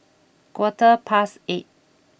quarter past eight